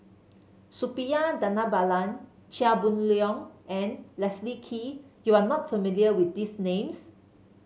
Suppiah Dhanabalan Chia Boon Leong and Leslie Kee you are not familiar with these names